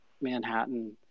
Manhattan